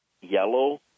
yellow